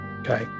Okay